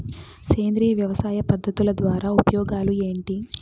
సేంద్రియ వ్యవసాయ పద్ధతుల ద్వారా ఉపయోగాలు ఏంటి?